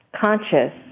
conscious